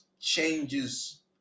changes